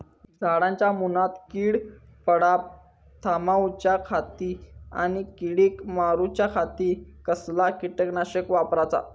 झाडांच्या मूनात कीड पडाप थामाउच्या खाती आणि किडीक मारूच्याखाती कसला किटकनाशक वापराचा?